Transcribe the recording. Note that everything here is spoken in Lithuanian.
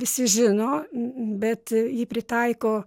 visi žino bet jį pritaiko